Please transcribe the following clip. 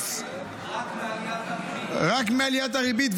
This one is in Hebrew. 21 מיליארד שקל רק מעליית הריבית.